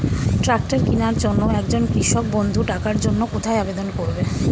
Tractor কিনার জন্য একজন কৃষক বন্ধু টাকার জন্য কোথায় আবেদন করবে?